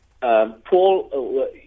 Paul